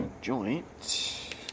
joint